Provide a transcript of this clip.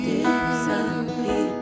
Disappear